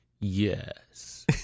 yes